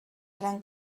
gran